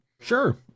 sure